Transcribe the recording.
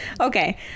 okay